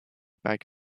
back